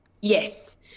yes